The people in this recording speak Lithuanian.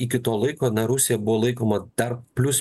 iki to laiko na rusija buvo laikoma dar plius